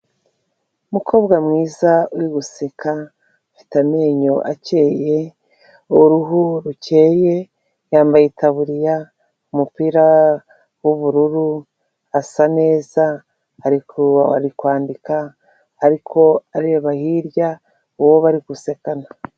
Umukobwa mwiza uri guseka afite amenyo akeye, uruhu rukeye, yambaye itaburiya, umupira w'ubururu asa neza, ari kwandika ariko areba hirya uwo bari gusekana.